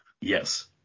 yes